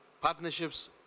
Partnerships